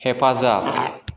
हेफाजाब